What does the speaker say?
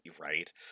right